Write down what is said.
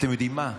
אתם יודעים מה,